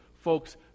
folks